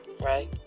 Right